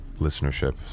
listenership